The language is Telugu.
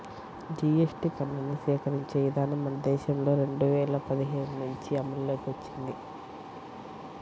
జీఎస్టీ పన్నుని సేకరించే విధానం మన దేశంలో రెండు వేల పదిహేడు నుంచి అమల్లోకి వచ్చింది